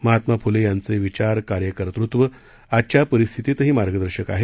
महात्मा फुले यांचे विचार कार्यकर्तुत्व आजच्या परिस्थितीतही मार्गदर्शक आहेत